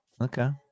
okay